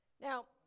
Now